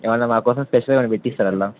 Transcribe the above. ఏవన్నా మా కోసం స్పెషల్గా పెట్టిస్తారా అందులో